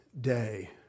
day